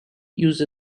used